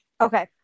okay